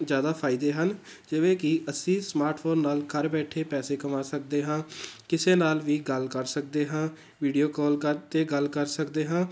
ਜ਼ਿਆਦਾ ਫਾਇਦੇ ਹਨ ਜਿਵੇਂ ਕੀ ਅਸੀਂ ਸਮਾਰਟ ਫ਼ੋਨ ਨਾਲ ਘਰ ਬੈਠੇ ਪੈਸੇ ਕਮਾ ਸਕਦੇ ਹਾਂ ਕਿਸੇ ਨਾਲ ਵੀ ਗੱਲ ਕਰ ਸਕਦੇ ਹਾਂ ਵੀਡੀਓ ਕਾਲ ਕਰ 'ਤੇ ਗੱਲ ਕਰ ਸਕਦੇ ਹਾਂ